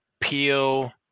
peel